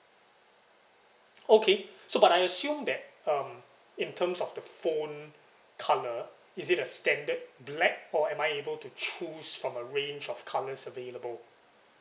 okay so but I assume that um in terms of the phone colour is it a standard black or am I able to choose from a range of colours available